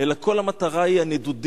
אלא כל המטרה היא הנדודים,